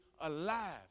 alive